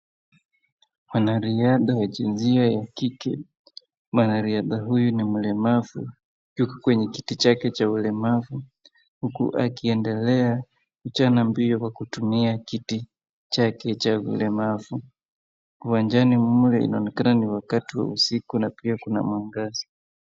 Mwanariadha wa jinsia ya kike. Mwanariadha huyu ni mlemavu yuko kwenye kiti chake cha ulemavu huku akiendelea kuchana mbio kwa kutumia kiti chake cha ulemavu. Uwanjani mle inaonekana ni wakatai wa usiku na pia kuna mwangaza.